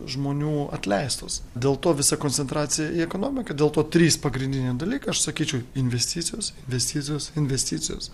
žmonių atleistos dėl to visa koncentracija į ekonomiką dėl to trys pagrindiniai dalykai aš sakyčiau investicijos investicijos investicijos